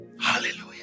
Hallelujah